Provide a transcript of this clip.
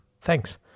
Thanks